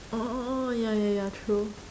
orh ya ya ya true